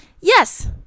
Yes